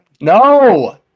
No